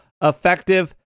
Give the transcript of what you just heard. effective